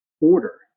order